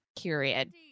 period